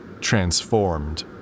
transformed